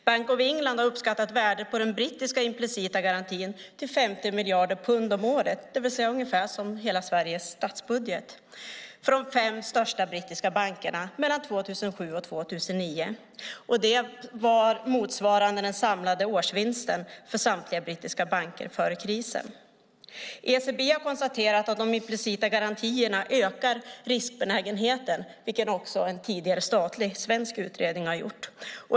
Bank of England har uppskattat värdet på den brittiska implicita garantin till 50 miljarder pund om året, det vill säga ungefär som hela Sveriges statsbudget, för de fem största brittiska bankerna mellan 2007 och 2009. Det motsvarar den samlade årsvinsten för samtliga brittiska banker före krisen. ECB har konstaterat att de implicita garantierna ökar riskbenägenheten, vilket också en tidigare statlig svensk utredning gjort.